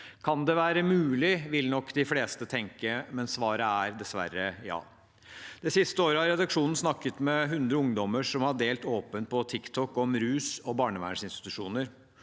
Kan det være mulig, vil nok de fleste tenke, men svaret er dessverre ja. Det siste året har redaksjonen snakket med hundre ungdommer som har delt åpent på TikTok om rus og barnevernsinstitusjoner.